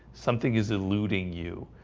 something is eluding you